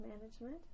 management